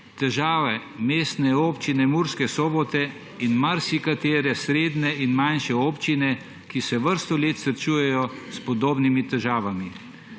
težave Mestne občine Murske Sobote in marsikatere srednje in manjše občine, ki se vrsto let srečujejo s podobnimi težavami.